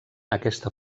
aquesta